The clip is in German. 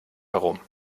herum